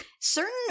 certain